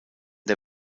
der